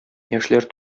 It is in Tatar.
яшьләр